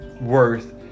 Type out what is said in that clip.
worth